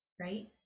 right